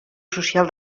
social